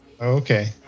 Okay